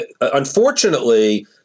unfortunately